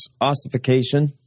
Ossification